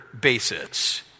basis